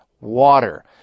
water